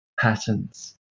patterns